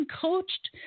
coached